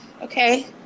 Okay